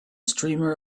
streamer